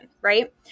right